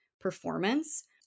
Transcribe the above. performance